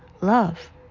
love